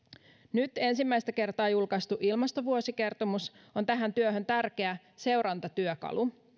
nyt ensimmäistä kertaa julkaistu ilmastovuosikertomus on tähän työhön tärkeä seurantatyökalu